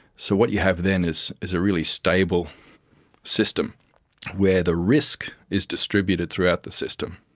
so what you have then is is a really stable system where the risk is distributed throughout the system,